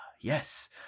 yes